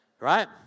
right